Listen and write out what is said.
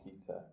Peter